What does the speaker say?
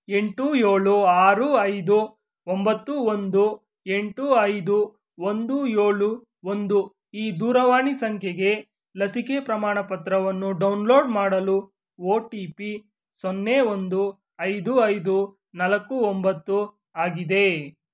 ಎಂಟು ಏಳು ಆರು ಐದು ಒಂಬತ್ತು ಒಂದು ಎಂಟು ಐದು ಒಂದು ಏಳು ಒಂದು ಈ ದೂರವಾಣಿ ಸಂಖ್ಯೆಗೆ ಲಸಿಕೆ ಪ್ರಮಾಣಪತ್ರವನ್ನು ಡೌನ್ಲೋಡ್ ಮಾಡಲು ಒ ಟಿ ಪಿ ಸೊನ್ನೆ ಒಂದು ಐದು ಐದು ನಾಲ್ಕು ಒಂಬತ್ತು ಆಗಿದೆ